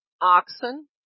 oxen